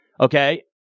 okay